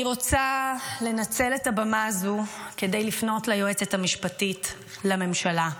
אני רוצה לנצל את הבמה הזו כדי לפנות ליועצת המשפטית לממשלה.